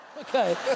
Okay